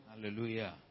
Hallelujah